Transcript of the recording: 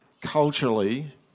culturally